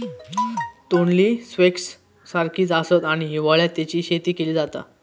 तोंडली स्क्वैश सारखीच आसता आणि हिवाळ्यात तेची शेती केली जाता